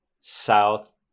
South